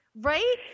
right